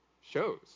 shows